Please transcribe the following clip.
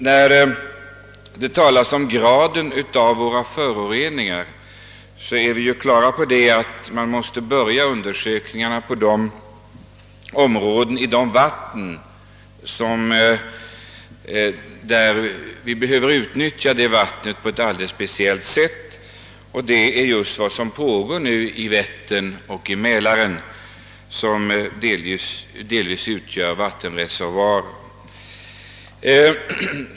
När det gäller graden av föroreningar är vi på det klara med att man måste börja undersökningarna i de vatten som behöver utnyttjas på ett alldeles speciellt sätt. Det är just vad som pågår i Vättern och Mälaren, som delvis utgör vattenreservoarer.